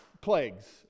plagues